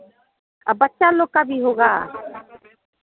आ बच्चा लोग का भी होगा